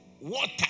water